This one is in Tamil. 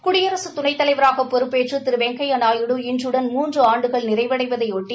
குடியரசு துணைத்தலைவராக பொறுப்பேற்று திரு வெங்கையா நாயுடு இன்றுடன் மூன்று ஆண்டுகள் நிறைவடைவதையொட்டி